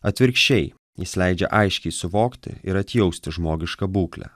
atvirkščiai jis leidžia aiškiai suvokti ir atjausti žmogišką būklę